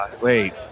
Wait